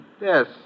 Yes